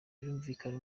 birumvikana